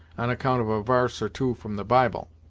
on account of a varse or two from the bible.